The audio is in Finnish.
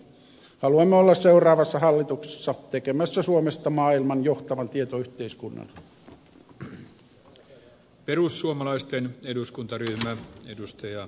haluamme olla seuraavassa hallituksessa tekemässä suomesta maailman johtavan tietoyhteiskunnan